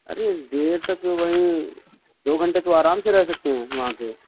ارے دیر تک وہی دو گھنٹہ تو آرام سے رہ سکتے ہیں وہاں پہ